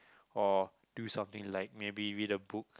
or do something like maybe read a book